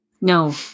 No